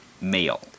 male